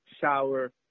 shower